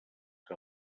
que